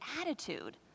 attitude